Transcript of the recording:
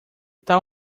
tal